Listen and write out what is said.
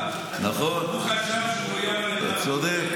הוא חשב שהוא מאוים על ידי --- נכון, אתה צודק.